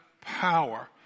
power